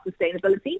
sustainability